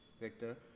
Victor